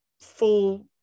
full